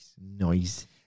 Noise